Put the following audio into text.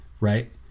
right